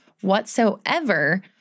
whatsoever